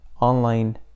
online